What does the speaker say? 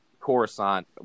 Coruscant